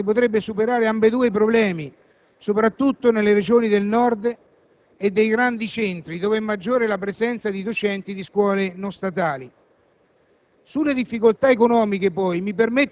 Con l'utilizzo dei docenti delle paritarie si potrebbero superare ambedue i problemi soprattutto nelle Regioni del Nord e nei grandi centri, dove è maggiore la presenza di docenti di scuole non statali.